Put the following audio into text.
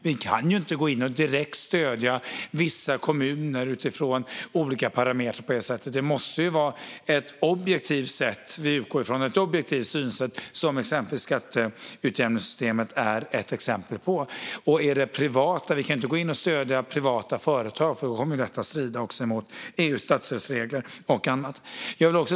Vi kan inte gå in och direkt stödja vissa kommuner utifrån olika parametrar på det här sättet, utan det måste vara ett objektivt synsätt som vi utgår ifrån. Skatteutjämningssystemet är ett exempel på detta. Vi kan inte heller gå in och stödja privata företag, för det kommer att strida mot EU:s statsstödsregler och annat.